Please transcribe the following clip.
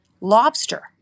lobster